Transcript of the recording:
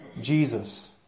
Jesus